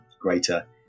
greater